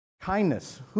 Kindness